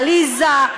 לעליזה,